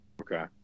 Okay